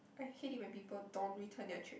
I hate it when people don't return their tray